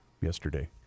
yesterday